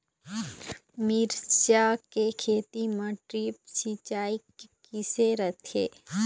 मिरचा के खेती म ड्रिप सिचाई किसे रथे?